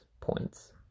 points